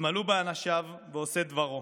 התמלאו באנשיו ועושי דברו,